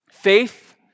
Faith